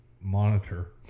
monitor